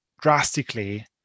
drastically